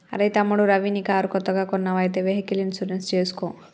అరెయ్ తమ్ముడు రవి నీ కారు కొత్తగా కొన్నావ్ అయితే వెహికల్ ఇన్సూరెన్స్ చేసుకో